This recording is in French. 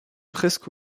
presque